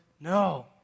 No